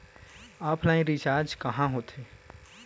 Offline recharge कहां होथे?